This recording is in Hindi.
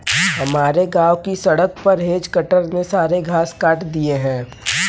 हमारे गांव की सड़क पर हेज कटर ने सारे घास काट दिए हैं